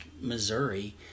Missouri